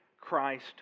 Christ